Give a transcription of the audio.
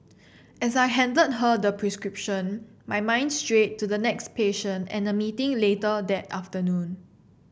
as I handed her the prescription my mind strayed to the next patient and a meeting later that afternoon